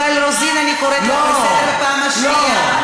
מיכל רוזין, אני קוראת אותך לסדר פעם ראשונה.